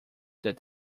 that